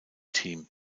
team